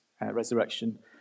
resurrection